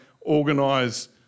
organise